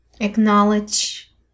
Acknowledge